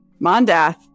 Mondath